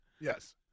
Yes